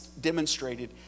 demonstrated